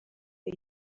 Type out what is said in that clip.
new